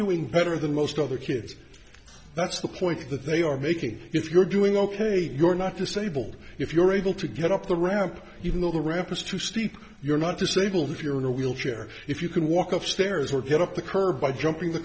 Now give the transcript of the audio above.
doing better than most other kids that's the point that they are making if you're doing ok you're not to sable if you're able to get up the ramp even though the ramp is too steep you're not disabled if you're in a wheelchair if you can walk up stairs were to get up the curb by jumping the